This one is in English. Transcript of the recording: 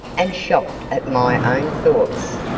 and shocked at my own thoughts,